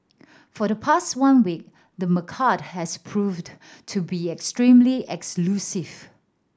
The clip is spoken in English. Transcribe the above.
for the past one week the has proved to be extremely elusive